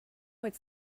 its